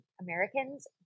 Americans